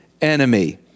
enemy